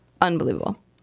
unbelievable